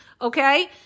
Okay